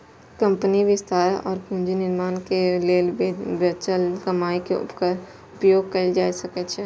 कंपनीक विस्तार और पूंजी निर्माण लेल बचल कमाइ के उपयोग कैल जा सकै छै